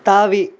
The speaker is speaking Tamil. தாவி